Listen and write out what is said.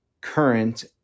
current